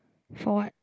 for what